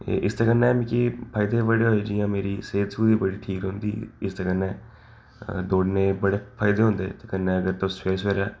एह् इसदे कन्नै मिगी फायदे बड़े होए जि'यां मेरी सेह्त सुह्त बड़ी ठीक रौंह्दी इसदे कन्नै दौड़ने बड़े फायदे होंदे इसदे कन्नै अगर तुस सवेरै सवेरेै